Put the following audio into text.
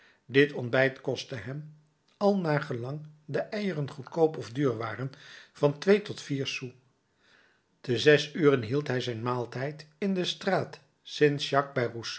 dit ontbijt kostte hem al naar gelang de eieren goedkoop of duur waren van twee tot vier sous te zes uren hield hij zijn maaltijd in de straat st jacques